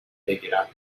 بگیرند